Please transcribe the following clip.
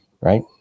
right